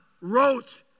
wrote